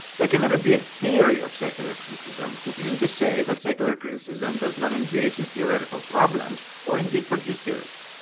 there can never be a theory of secular criticism, which isn't to say that secular criticism does not engage in theoretical problems or indeed produce theories.